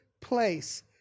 place